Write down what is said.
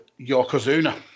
Yokozuna